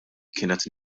kienet